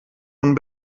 von